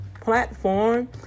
Platform